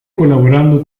colaborando